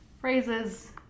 phrases